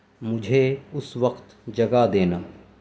مجھے اس وقت جگا دینا